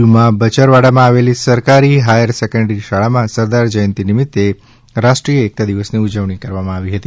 દીવમાં બચરવાડામાં આવેલી સકારી હાયર સેકન્ડરી શાળામાં સરદાર જયંતિ નિમિત્તે રાષ્ટ્રીય એકતા દિવસની ઉજવણી કરવામાં આવી હતી